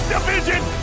Division